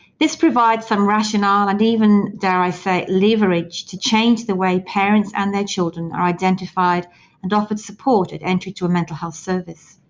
this provides some rationale and even, dare i say, leverage to change the way parents and their children are identified and offered support and entry to a mental health service.